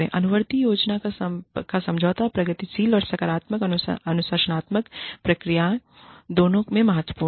अनुवर्ती योजना का समझौता प्रगतिशील और सकारात्मक अनुशासनात्मक प्रक्रियाओं दोनों में महत्वपूर्ण है